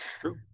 True